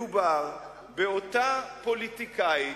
מדובר באותה פוליטיקאית,